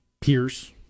Pierce